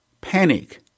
Panic